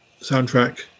soundtrack